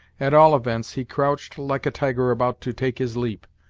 at all events, he crouched like a tiger about to take his leap,